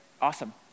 Awesome